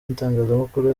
n’itangazamakuru